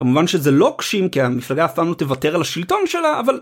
כמובן שזה לוקשים, כי המפלגה אף פעם לא תוותר על השלטון שלה, אבל...